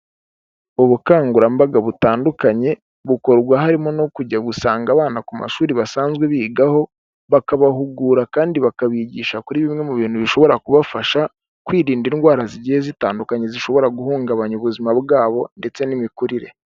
Ubukangurambaga butandukanye, bukorwa harimo no kujya gusanga abana ku mashuri basanzwe bigaho, bakabahugura kandi bakabigisha kuri bimwe mu bintu bishobora kubafasha, kwirinda indwara zigiye zitandukanye zishobora guhungabanya ubuzima bwabo ndetse n'imikurire.